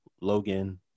Logan